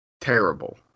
terrible